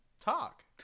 Talk